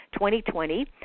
2020